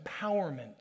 empowerment